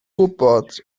gwybod